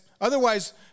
otherwise